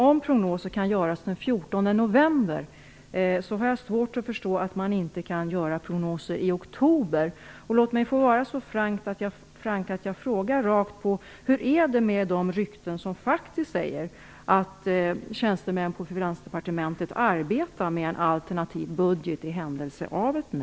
Om prognoser kan göras den 14 november, har jag svårt att förstå att man inte kan göra prognoser i oktober. Låt mig vara så frank att jag frågar rakt ut: Hur är det med de rykten som faktiskt säger att tjänstemän på Finansdepartementet arbetar med en alternativ budget i händelse av ett nej?